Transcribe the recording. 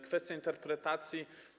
Kwestia interpretacji.